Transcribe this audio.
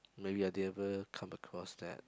maybe I never come across that